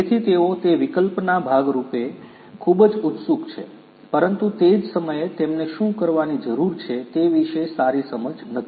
તેથી તેઓ તે વિકલ્પ ના ભાગ માટે ખૂબ જ ઉત્સુક છે પરંતુ તે જ સમયે તેમને શું કરવાની જરૂર છે તે વિશે સારી સમજ નથી